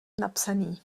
napsaný